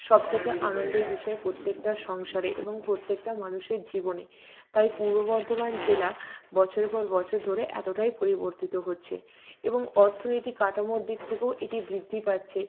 সব থেকে আনন্দের বিষয় প্রত্যেকটা সংসারে এবং প্রত্যেকটা মানুষের জীবনে তাই পূর্ব বর্ধমান জেলা বছরের পর বছর ধরে এতোটাই পরিবর্তিত হচ্ছে এবং অর্থনীতিক কাঠামোর দিক থেকেও এটি বৃদ্ধি পাচ্ছে